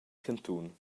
cantun